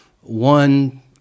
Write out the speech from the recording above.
One